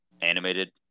animated